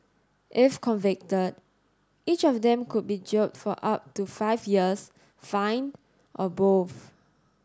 if convicted each of them could be jailed for up to five years fined or both